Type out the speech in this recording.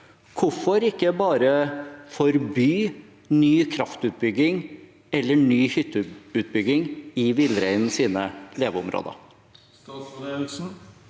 Hvorfor ikke bare forby ny kraftutbygging eller ny hytteutbygging i villreinens leveområder?